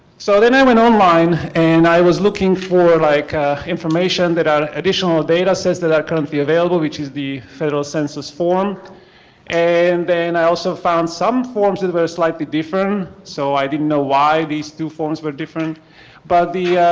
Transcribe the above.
so then i went online and i was looking for like information that our additional data says that are currently available which is the federal census form and then i also found some forms that were slightly different so i didn't know why these two forms were different but the